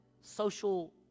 social